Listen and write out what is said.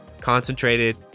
concentrated